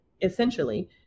essentially